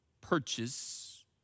purchase